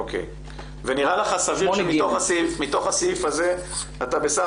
נראה לך סביר שמתוך הסעיף הזה אתה בסך